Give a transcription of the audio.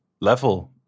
level